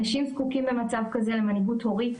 אנשים זקוקים במצב כזה למנהיגות הורית,